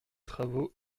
travaux